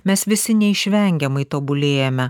mes visi neišvengiamai tobulėjame